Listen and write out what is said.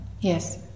Yes